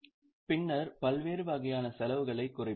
பின்னர் பல்வேறு வகையான செலவுகளைக் குறைப்போம்